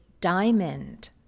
diamond